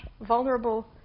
vulnerable